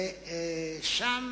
ושם